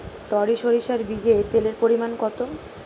টরি সরিষার বীজে তেলের পরিমাণ কত?